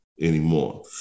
anymore